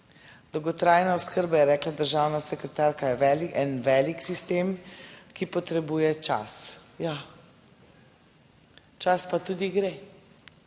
Dolgotrajna oskrba, je rekla državna sekretarka, je en velik sistem, ki potrebuje čas. Ja, čas pa tudi gre.